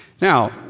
Now